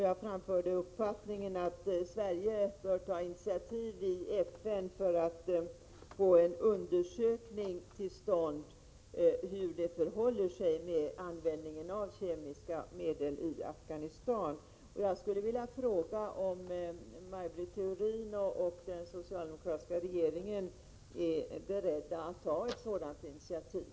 Jag framförde uppfattningen att Sverige bör ta initiativ i FN för att få en undersökning till stånd om hur det förhåller sig med användningen av kemiska medel i Afghanistan. Är Maj Britt Theorin och den socialdemokratiska regeringen beredda att ta ett sådant initiativ?